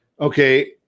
okay